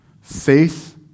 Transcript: faith